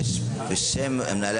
בשעה